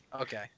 Okay